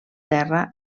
terra